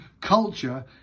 culture